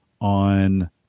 on